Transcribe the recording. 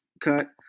cut